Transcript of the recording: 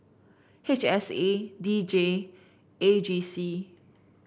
H S A D J A G C